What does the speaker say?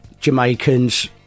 Jamaicans